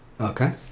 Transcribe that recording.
Okay